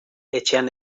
etxean